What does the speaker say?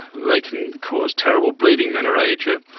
they can cause terrible bleeding, menorrhagia.